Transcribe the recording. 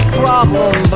problem